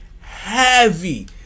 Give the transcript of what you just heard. heavy